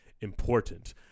important